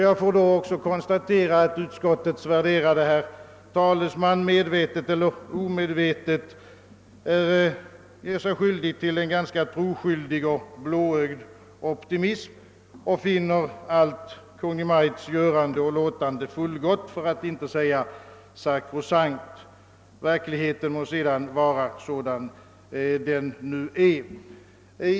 Jag får också konstatera att utskottets värderade herr talesman medvetet eller omedvetet hänger sig åt en troskyldig och blåögd optimism. Han finner allt Kungl. Maj:ts görande och låtande fullgott, för att inte säga sakrosankt; verkligheten må sedan vara sådan den nu är.